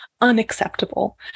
unacceptable